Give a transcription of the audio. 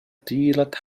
طيلة